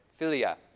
Philia